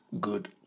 good